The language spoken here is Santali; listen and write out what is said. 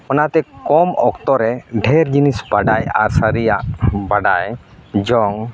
ᱚᱱᱟᱛᱮ ᱠᱚᱢ ᱚᱠᱛᱚᱚᱨ ᱰᱷᱮᱹᱨ ᱡᱤᱱᱤᱥ ᱵᱟᱰᱟᱭ ᱟᱨ ᱥᱟᱹᱨᱤᱭᱟᱜ ᱵᱟᱰᱟᱭ ᱡᱚᱝ